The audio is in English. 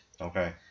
Okay